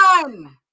One